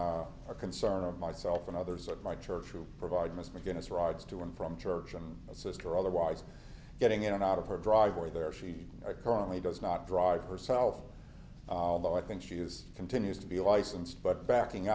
been a concern of myself and others at my church to provide most mcguiness rides to and from church i'm a sister otherwise getting in and out of her driveway there she'd currently does not drive herself though i think she is continues to be licensed but backing